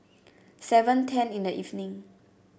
seven ten in the evening